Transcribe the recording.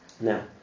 Now